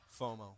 FOMO